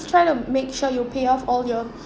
~st try to make sure you will pay off all your